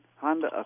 Honda